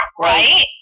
Right